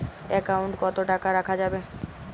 Account কত টাকা রাখা যাবে?